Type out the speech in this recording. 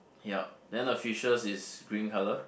yup then the fishes is green colour